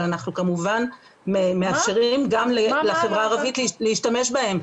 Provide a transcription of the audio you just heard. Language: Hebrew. אבל אנחנו כמובן מאפשרים גם לחברה הערבית להשתמש בהן.